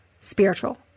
spiritual